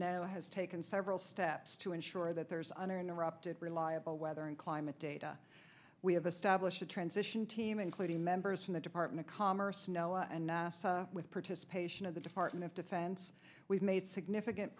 now has taken several steps to ensure that there's uninterrupted reliable weather and climate data we have established a transition team including members from the department of commerce snow and nasa with participation of the department of defense we've made significant